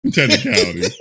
Technicality